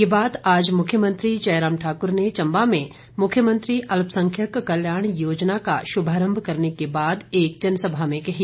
ये बात आज मुख्यमंत्री जयराम ठाकुर ने चम्बा में मुख्यमंत्री अल्पसंख्यक कल्याण योजना का शुभारंभ करने के बाद एक जनसभा में कही